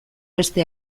beste